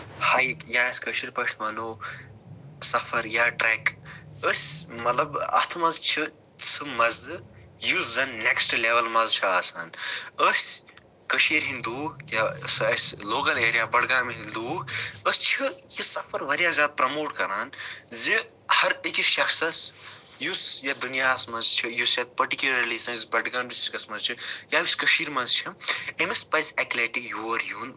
یاہٕک یا أسۍ کٲشر پٲٹھۍ ونو سَفَر یا ٹریٚک أسۍ مَطلَب اتھ مَنٛز چھِ سُہ مَزٕ یُس زَن نیٚکسٹ لیٚول مَزٕ چھ آسان أسۍ کٔشیٖرِ ہٕنٛد لوٗکھ یا أسۍ لوکل ایریا بڈگامہِ ہٕنٛد لوٗکھ أسۍ چھِ یہِ سَفَر واریاہ زیادٕ پرموٹ کران زِ ہر أکِس شَخصَس یُس یتھ دُنیاہَس مَنٛز چھُ یُس یتھ پٔٹِکیولرلی سٲنِس بَڈگٲمۍ ڈِسٹرکَس مَنٛز چھ یا یُس کٔشیٖزِ مَنٛز چھ أمِس پَزِ اَکہِ لَٹہِ یور یُن